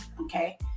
okay